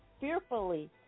fearfully